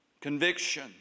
conviction